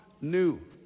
new